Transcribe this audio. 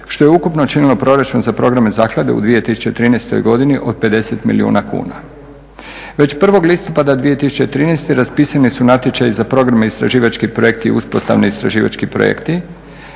što je ukupno činilo proračun za programe zaklade u 2013. godini od 50 milijuna kuna. Već 1. listopada 2013. raspisani su natječaji za programe istraživački projekti i uspostavni istraživački projekti.